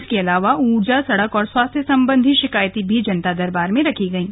इसके अलावा ऊर्जा सड़क और स्वास्थ्य संबंधी शिकायतें भी जनता दरबार में रखी गईं